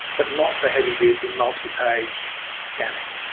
but not for heavy duty multi-page scanning.